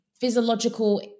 physiological